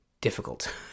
difficult